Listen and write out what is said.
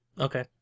Okay